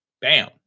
Bam